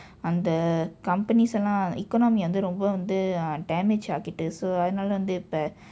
அந்த:andtha companies எல்லாம்:ellaam economy வந்து ரொம்ப வந்து:vandthu rompa vandthu damage ஆகிட்டு:aakitdu so அதனால வந்து இப்ப:athanaala vandthu ippa